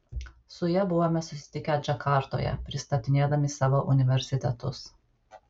su ja buvome susitikę džakartoje pristatinėdami savo universitetus